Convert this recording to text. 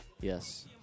Yes